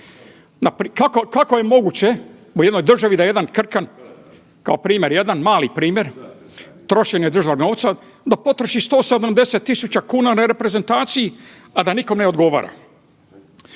Kako je moguće u jednoj državi da jedan krkan kao jedan mali primjer trošenja državnog novca, da potroši 170.000 kuna na reprezentaciji, a da nikom ne odgovara?